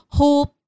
hope